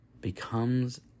becomes